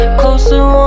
closer